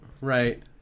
Right